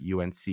unc